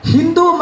Hindu